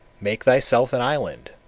make thyself an island,